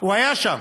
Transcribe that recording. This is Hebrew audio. הוא היה שם.